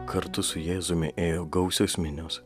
kartu su jėzumi ėjo gausios minios